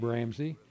Ramsey